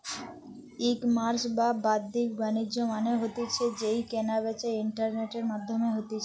ecommerce বা বাদ্দিক বাণিজ্য মানে হতিছে যেই কেনা বেচা ইন্টারনেটের মাধ্যমে হতিছে